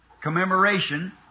commemoration